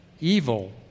Evil